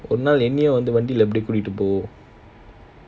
வண்டில ஒரு நாள் கூட்டிட்டு போ:vandila oru naal kootittu po